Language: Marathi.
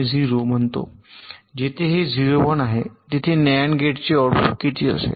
जेथे हे 0 1 आहे तेथे नअँड गेटचे आउटपुट किती असेल